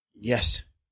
Yes